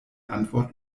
antwort